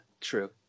True